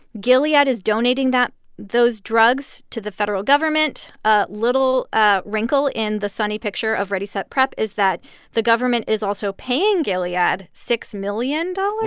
gilead is donating that those drugs to the federal government. a little ah wrinkle in the sunny picture of ready, set, prep is that the government is also paying gilead six dollars